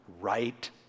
right